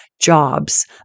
jobs